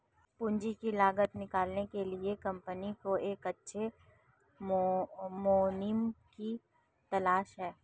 पूंजी की लागत निकालने के लिए कंपनी को एक अच्छे मुनीम की तलाश है